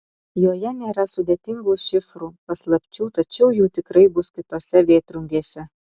joje nėra sudėtingų šifrų paslapčių tačiau jų tikrai bus kitose vėtrungėse